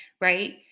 right